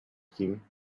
him